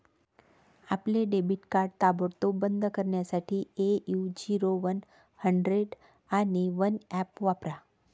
आपले debit card ताबडतोब बंद करण्यासाठी ए.यू झिरो वन हंड्रेड आणि वन ऍप वापरा